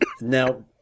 Now